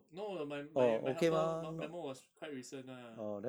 no my my my helper me~ memo was quite recent ah